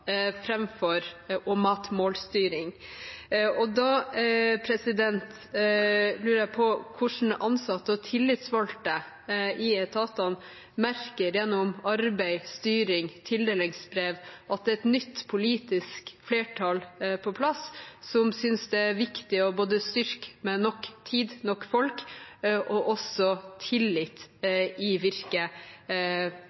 lurer jeg på: Hvordan merker ansatte og tillitsvalgte i etatene – gjennom arbeid, styring, tildelingsbrev – at det er et nytt politisk flertall på plass som synes det er viktig å styrke med både nok tid, nok folk og også tillit